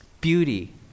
beauty